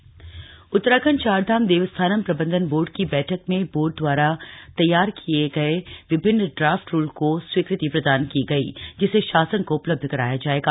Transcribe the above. Devasthanam board बैठक उत्तराखण्ड चारधाम देवस्थानम प्रबन्धन board की बैठक में बोर्ड दवारा तैयार किये विभिन्न ड्राफ्ट रूल को स्वीकृति प्रदान की गई जिसे शासन को उपलब्ध कराया जायेगा